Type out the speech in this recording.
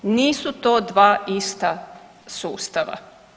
Nisu to dva ista sustava.